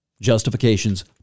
Justifications